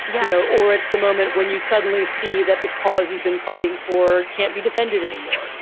you know, or it's the moment when you suddenly see that the cause you've been fighting for can't be defended anymore. you